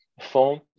phone